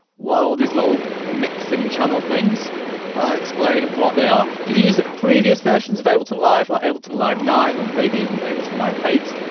what are all these little mixing channel things? but i'll explain what they are. if you've used a previous version of ableton live, like ableton live nine or maybe even ableton live eight,